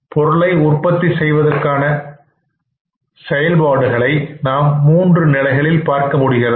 பொருளை உற்பத்தி செய்வதற்கான செயல்பாடுகளை நாம் மூன்று நிலைகளில் பார்க்கமுடியும்